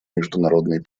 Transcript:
международный